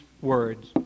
words